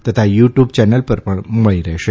તથા YouTube channel પર પણ મળી રહેશે